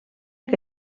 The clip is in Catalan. que